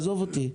עזוב אותי.